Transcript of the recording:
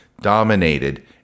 dominated